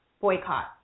boycott